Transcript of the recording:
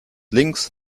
links